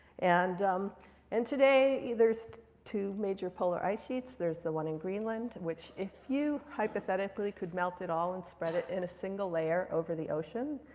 and um and today, there's two major polar ice sheets. there's the one in greenland, which if you, hypothetically, could melt it all and spread it in a single layer over the ocean,